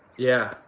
yeah,